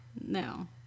no